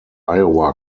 iowa